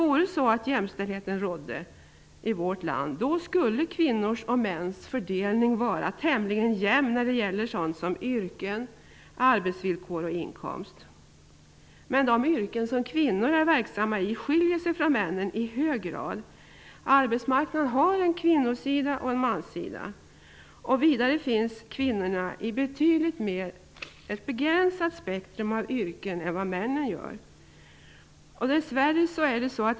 Om jämställdhet rådde i vårt land, skulle kvinnors och mäns fördelning vara tämligen jämn när det gäller sådana saker som yrken, arbetsvillkor och inkomst. Men de yrken som kvinnor är verksamma i skiljer sig från männens i hög grad. Arbetsmarknaden har en kvinnosida och en manssida. Vidare finns kvinnorna i ett betydligt mer begränsat spektrum av yrken än männen.